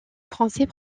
français